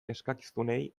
eskakizunei